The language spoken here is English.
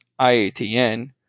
IATN